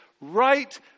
right